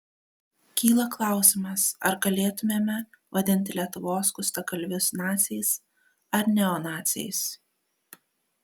kyla klausimas ar galėtumėme vadinti lietuvos skustagalvius naciais ar neonaciais